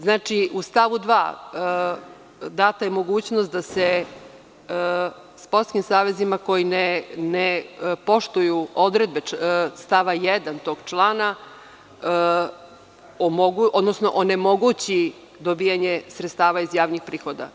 Znači, u stavu 2. data je mogućnost da se sportskim savezima koji ne poštuju odredbe stava 1. tog člana onemogući dobijanje sredstava iz javnih prihoda.